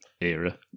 era